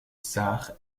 sarre